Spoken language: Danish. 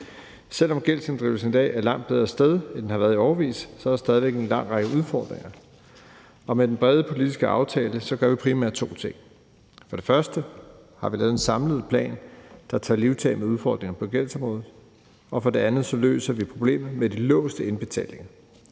Selv om gældsinddrivelsen i dag er et langt bedre sted, end den har været i årevis, så er der stadig væk en lang række udfordringer, og med den brede politiske aftale gør vi primært to ting: For det første har vi lavet en samlet plan, der tager livtag med udfordringerne på gældsområdet, og for det andet løser vi problemet med de låste indbetalinger,